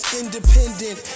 independent